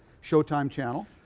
showtime channel.